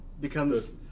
becomes